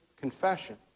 confession